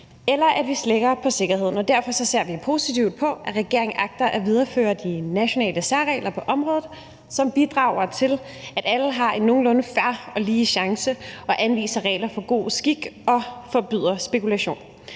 eller at vi slækker på sikkerheden, og derfor ser vi positivt på, at regeringen agter at videreføre de nationale særregler på området, som bidrager til, at alle har en nogenlunde fair og lige chance, anviser regler for god skik og forbyder spekulation.